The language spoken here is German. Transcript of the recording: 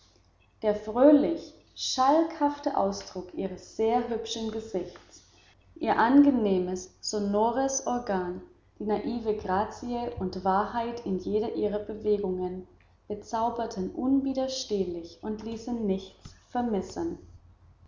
der fröhlich schalkhafte ausdruck ihres sehr hübschen gesichts ihr angenehmes sonores organ die naive grazie und wahrheit in jeder ihrer bewegungen bezauberten unwiderstehlich und ließen nichts vermissen